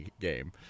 game